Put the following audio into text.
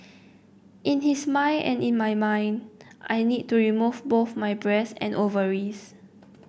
in his mind and in my mind I needed to remove both my breasts and ovaries